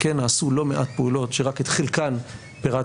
כן נעשו לא מעט פעולות שרק התחיל כאן ופירטנו.